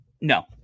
No